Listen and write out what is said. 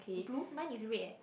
blue mine is red eh